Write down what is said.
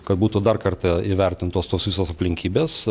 kad būtų dar kartą įvertintos tos visos aplinkybės